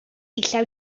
llew